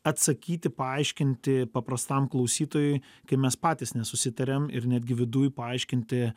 atsakyti paaiškinti paprastam klausytojui kai mes patys nesusitariam ir netgi viduj paaiškinti